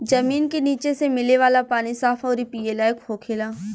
जमीन के निचे से मिले वाला पानी साफ अउरी पिए लायक होखेला